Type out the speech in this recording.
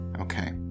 Okay